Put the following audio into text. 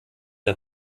der